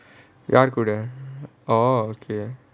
யார்கூட:yaarkooda orh okay